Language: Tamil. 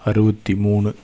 அறுபத்தி மூணு